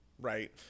right